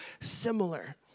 similar